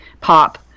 pop